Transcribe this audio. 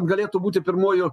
galėtų būti pirmuoju